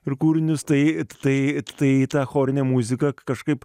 ir kūrinius tai tai tai ta chorinė muzika kažkaip